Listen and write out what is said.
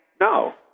No